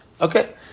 Okay